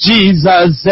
Jesus